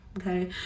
okay